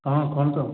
ହଁ କୁହନ୍ତୁ